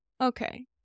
Okay